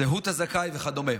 זהות הזכאי וכדומה.